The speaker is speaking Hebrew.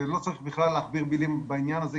ולא צריך בכלל להכביר מילים בעניין הזה,